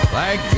Thank